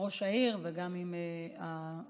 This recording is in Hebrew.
ראש העיר וגם עם הרט"ג.